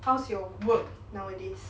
how's your work nowadays